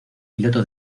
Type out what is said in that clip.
piloto